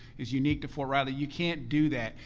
is unique to fort riley. you can't do that.